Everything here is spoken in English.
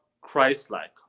christ-like